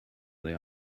they